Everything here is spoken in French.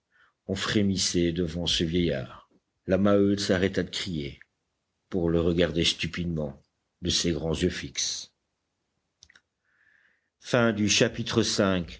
on frémissait devant ce vieillard la maheude s'arrêta de crier pour le regarder stupidement de ses grands yeux fixes vi